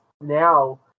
now